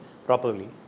properly